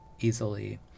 easily